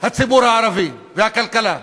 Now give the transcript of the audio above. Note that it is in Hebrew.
הציבור הערבי והכלכלה.